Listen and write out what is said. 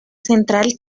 central